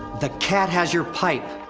the cat has your pipe!